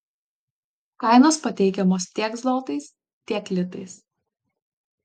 kainos pateikiamos tiek zlotais tiek litais